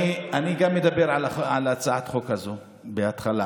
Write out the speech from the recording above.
אני גם אדבר על הצעת החוק הזאת בהתחלה,